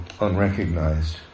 unrecognized